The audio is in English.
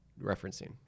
referencing